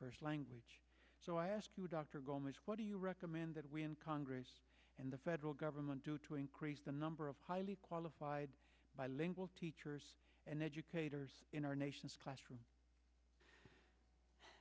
first language so i ask you dr gomez what do you recommend that we in congress and the federal government do to increase the number of highly qualified by lingual teachers and educators in our nation's classrooms